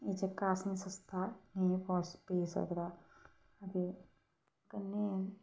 एह् जेह्का असें सस्ता नेईं पेई सकदा ते कन्नै